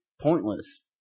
Pointless